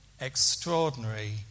extraordinary